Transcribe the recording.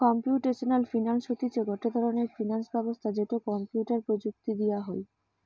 computational finance হতিছে গটে ধরণের ফিনান্স ব্যবস্থা যেটো কম্পিউটার প্রযুক্তি দিয়া হই